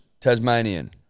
Tasmanian